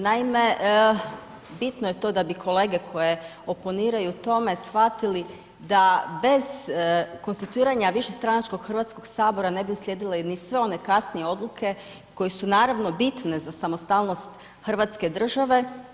Naime bitno je to da bi kolege koje oponiraju tome shvatili da bez konstituiranja višestranačkog Hrvatskog sabora ne bi uslijedile ni sve one kasnije odluke koje su naravno bitne za samostalnost Hrvatske države.